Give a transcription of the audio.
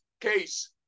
case